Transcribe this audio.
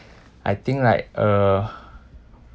I think like uh